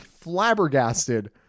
flabbergasted